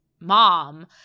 mom